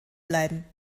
bleiben